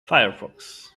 firefox